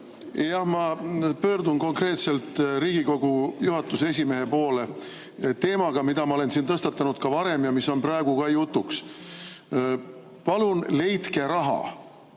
Jah. Ma pöördun konkreetselt Riigikogu juhatuse esimehe poole teemaga, mida ma olen siin tõstatanud ka varem ja mis on praegu ka jutuks. Palun leidke raha.